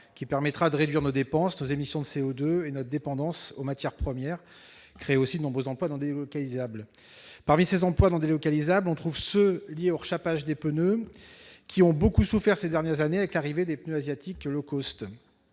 qui permettra de réduire nos dépenses, nos émissions de CO2 et notre dépendance aux matières premières et de créer de nombreux emplois non délocalisables. Parmi ces derniers, on trouve les emplois liés au rechapage des pneus, qui ont beaucoup souffert ces dernières années avec l'arrivée des pneus asiatiques low cost.